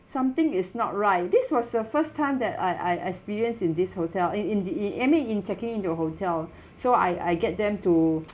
something is not right this was the first time that I I experience in this hotel in in the it admit in checking into a hotel so I I get them to